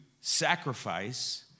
sacrifice